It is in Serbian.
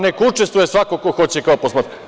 Neka učestvuje svako ko hoće kao posmatrač.